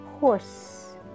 Horse